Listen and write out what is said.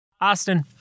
Austin